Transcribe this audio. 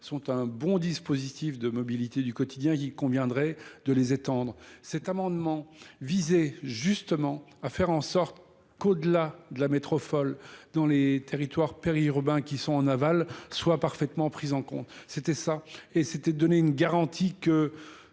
sont un bon dispositif du quotidien il conviendrait de les étendre cet amendement visait à faire en sorte qu'au delà de la métropole dans les territoires périurbains qui sont en aval soit parfaitement prises en compte c'était cela et c'était donner une garantie que,